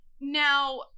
Now